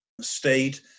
state